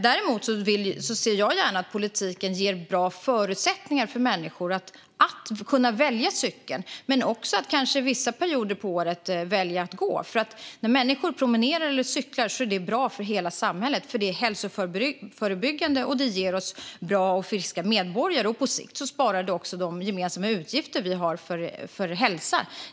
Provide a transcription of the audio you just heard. Däremot ser jag gärna att politiken ger bra förutsättningar för människor att välja cykel men kanske också under vissa perioder av året att gå. När människor promenerar eller cyklar är det bra för hela samhället. Det är hälsouppbyggande och ger oss friska medborgare. På sikt och i förlängningen sparar det de gemensamma utgifter vi har för hälsa.